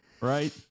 right